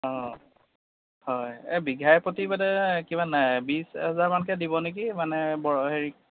অঁ হয় এই বিঘাই প্ৰতি মানে কিমান বিছ হেজাৰমানকে দিব নেকি মানে হেৰি